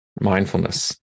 mindfulness